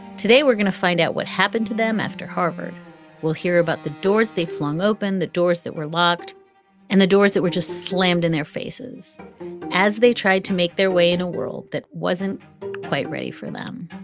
today, we're going to find out what happened to them after harvard we'll hear about the doors they flung open, the doors that were locked and the doors that were just slammed in their faces as they tried to make their way in a world that wasn't quite ready for them